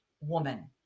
woman